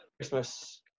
Christmas